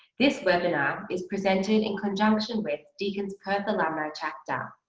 this webinar is presented in conjunction with deakin's perth alumni chapter,